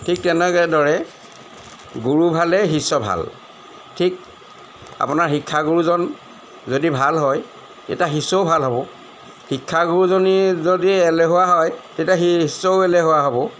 ঠিক তেনেকে দৰে গুৰু ভালে শিষ্য ভাল ঠিক আপোনাৰ শিক্ষাগুৰুজন যদি ভাল হয় তেতিয়া শিষ্যও ভাল হ'ব শিক্ষাগুৰুজনী যদি এলেহুৱা হয় তেতিয়া শি শিষ্যও এলেহুৱা হ'ব